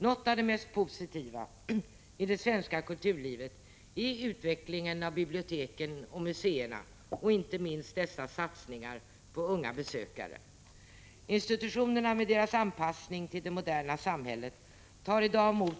Något av det mest positiva i det svenska kulturlivet är utvecklingen av biblioteken och museerna, inte minst dessas satsningar på unga besökare. Dessa institutioner med deras anpassning till det moderna samhället tar i dag emot